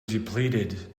depleted